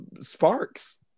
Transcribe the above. Sparks